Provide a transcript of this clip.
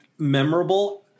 memorable